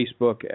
Facebook